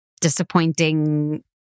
disappointing